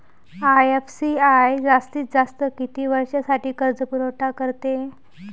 IFCI जास्तीत जास्त किती वर्षासाठी कर्जपुरवठा करते?